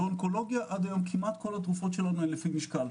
באונקולוגיה עד היום כמעט כל התרופות שלנו היו לפי משקל.